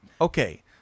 Okay